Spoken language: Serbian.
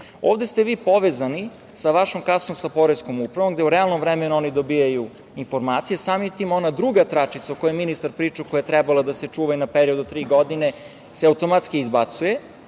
Ovde ste vi povezani sa vašom kasom, sa poreskom upravom gde u realnom vremenu oni dobijaju informacije i samim tim ona druga tračica, o kojoj je ministar pričao, a koja je trebala da se čuva na period od tri godine, se automatski izbacuje,